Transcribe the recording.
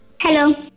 hello